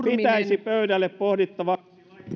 pitäisi pöydälle pohdittavaksi